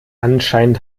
anscheinend